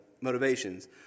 motivations